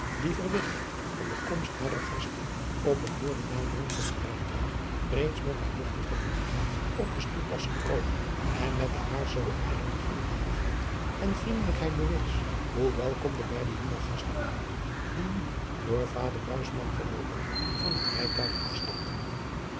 die verwittigd van de komst harer gasten op het hooren naderen van een rijtuig reeds met haar dochtertje maria op de stoep was gekomen en met de haar zoo eigene gulhartigheid en vriendelijkheid bewees hoe welkom de beide jonge gasten waren die nu door vader buisman geholpen van het rijtuig afstapten